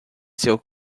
seu